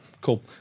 Cool